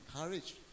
encourage